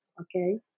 Okay